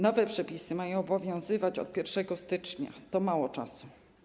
Nowe przepisy mają obowiązywać od 1 stycznia, to mało czasu.